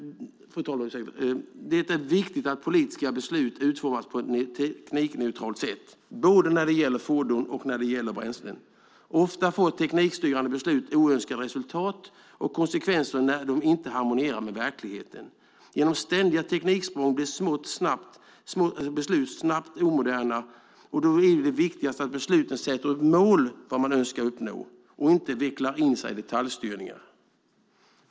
Det är viktigt att politiska beslut utformas på ett teknikneutralt sätt både när det gäller fordon och när det gäller bränslen. Ofta får teknikstyrande beslut oönskade resultat och konsekvenser när de inte harmonierar med verkligheten. Genom ständiga tekniksprång blir beslut snabbt omoderna. Då är det viktigaste att man med besluten sätter upp mål för vad man önskar uppnå och inte vecklar in sig i detaljstyrningar.